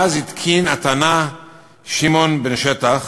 התקין התנא שמעון בן שטח